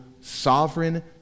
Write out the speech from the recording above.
sovereign